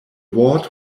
ward